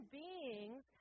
beings